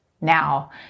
Now